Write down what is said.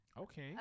Okay